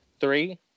three